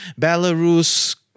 Belarus